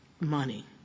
money